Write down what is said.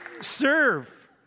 serve